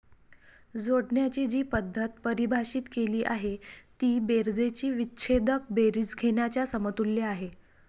जोडण्याची जी पद्धत परिभाषित केली आहे ती बेरजेची विच्छेदक बेरीज घेण्याच्या समतुल्य आहे